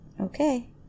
Okay